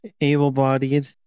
able-bodied